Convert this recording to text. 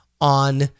on